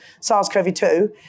SARS-CoV-2